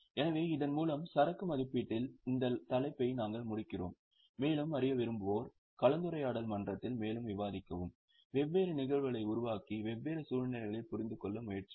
எனவே இதன் மூலம் சரக்கு மதிப்பீட்டில் இந்த தலைப்பை நாங்கள் முடிக்கிறோம் மேலும் அறிய விரும்புவோர் கலந்துரையாடல் மன்றத்தில் மேலும் விவாதிக்கவும் வெவ்வேறு நிகழ்வுகளை உருவாக்கி வெவ்வேறு சூழ்நிலைகளில் புரிந்துகொள்ள முயற்சியுங்கள்